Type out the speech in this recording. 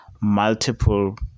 multiple